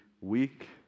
weak